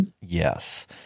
Yes